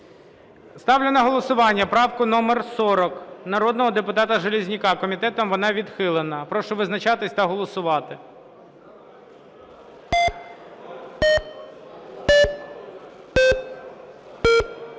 Ставлю на голосування правку номер 40 народного депутата Железняка. Комітетом вона відхилена. Прошу визначатися та голосувати.